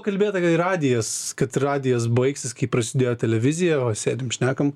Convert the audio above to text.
kalbėta kai radijas kad radijas baigsis kai prasidėjo televizija o sėdim šnekam